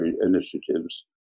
initiatives